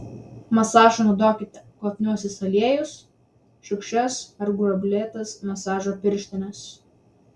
masažui naudokite kvapniuosius aliejus šiurkščias ar gruoblėtas masažo pirštines